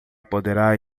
poderá